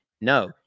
no